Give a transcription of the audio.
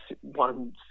one